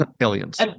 aliens